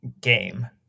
game